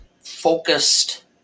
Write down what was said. focused